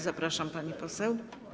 Zapraszam, pani poseł.